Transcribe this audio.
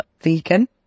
vegan